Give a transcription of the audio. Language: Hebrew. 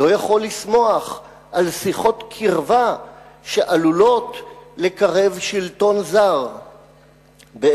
לא יכול לשמוח על שיחות קרבה שעלולות לקרב שלטון זר בארץ-ישראל.